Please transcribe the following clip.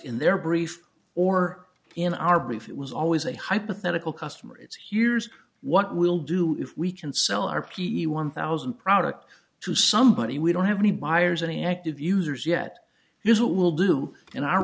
in their brief or in our brief it was always a hypothetical customer it's heres what we'll do if we can sell our p e one thousand product to somebody we don't have any buyers any active users yet here's what we'll do in our